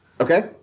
Okay